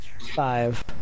five